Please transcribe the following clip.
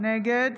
נגד